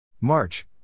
March